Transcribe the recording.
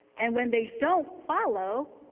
and when they don't follow,